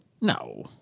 No